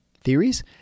theories